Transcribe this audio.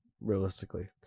Realistically